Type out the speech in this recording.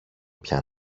πια